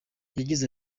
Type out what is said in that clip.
yagize